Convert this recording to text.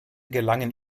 gelangen